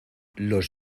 los